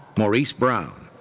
maurice brown.